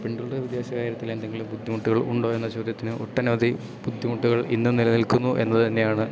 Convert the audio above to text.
പെണ്ണുങ്ങളുടെ വിദ്യാഭ്യാസ കാര്യത്തിലെന്തെങ്കിലും ബുദ്ധിമുട്ടുകൾ ഉണ്ടോ എന്ന ചോദ്യത്തിന് ഒട്ടനവധി ബുദ്ധിമുട്ടുകൾ ഇന്നും നിലനിൽക്കുന്നു എന്നത് തന്നെയാണ്